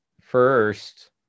first